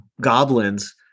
goblins